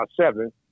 seven